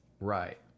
Right